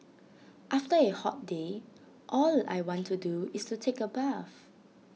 after A hot day all I want to do is take A bath